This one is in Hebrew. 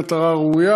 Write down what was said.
מטרה ראויה,